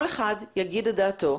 כל אחד יגיד את דעתו,